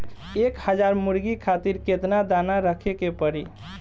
एक हज़ार मुर्गी खातिर केतना दाना रखे के पड़ी?